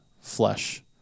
flesh